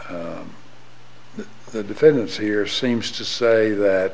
to the defendants here seems to say that